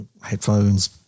headphones